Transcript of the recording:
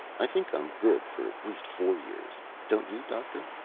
i think i'm good for at least four years. don't you, doctor?